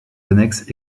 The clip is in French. annexes